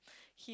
he